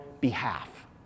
behalf